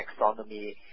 Taxonomy